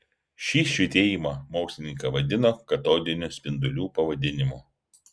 šį švytėjimą mokslininkai vadino katodinių spindulių pavadinimu